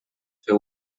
fer